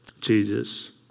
Jesus